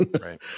Right